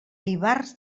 ivars